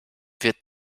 wird